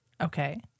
Okay